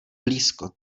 blízko